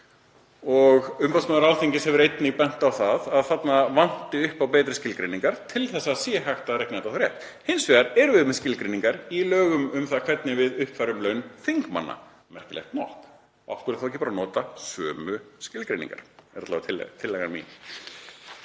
Umboðsmaður Alþingis hefur einnig bent á það að þarna vanti betri skilgreiningar til þess að það sé hægt að reikna þetta rétt. Hins vegar erum við með skilgreiningar í lögum um það hvernig við uppfærum laun þingmanna, merkilegt nokk. Af hverju þá ekki að nota sömu skilgreiningar? Það er alla vega tillaga mín.